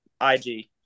IG